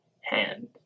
hand